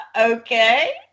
Okay